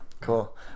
Cool